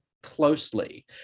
closely